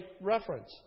reference